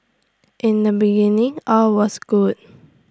in the beginning all was good